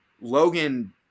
logan